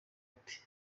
ute